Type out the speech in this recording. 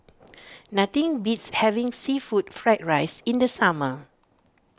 nothing beats having Seafood Fried Rice in the summer